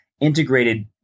integrated